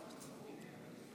התקיפה אתמול של המפגינים.